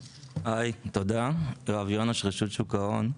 היי, תודה, יואב יונש רשות שוק ההון.